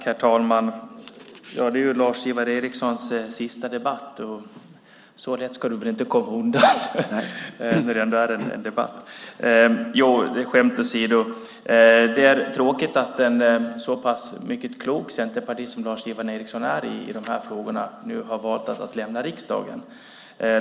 Herr talman! Det är ju Lars-Ivar Ericsons sista debatt, och så lätt ska han väl inte komma undan i denna ärendedebatt! Skämt åsido: Det är tråkigt att en så pass klok centerpartist, som Lars-Ivar Ericson är i de här frågorna, har valt att lämna riksdagen.